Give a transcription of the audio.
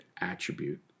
attribute